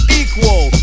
equal